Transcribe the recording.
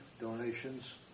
donations